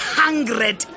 hundred